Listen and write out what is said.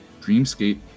Dreamscape